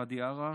ואדי עארה,